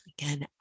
Again